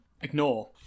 ignore